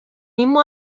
mismo